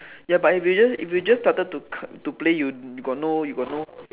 ya but if you just if you just started to play you got no you got no